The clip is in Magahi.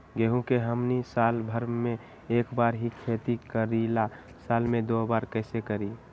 गेंहू के हमनी साल भर मे एक बार ही खेती करीला साल में दो बार कैसे करी?